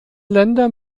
länder